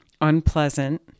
unpleasant